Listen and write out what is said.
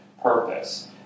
purpose